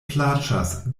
plaĉas